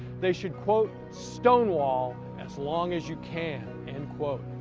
they should quote stone-wall as long as you can, end quote.